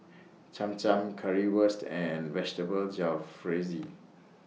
Cham Cham Currywurst and Vegetable Jalfrezi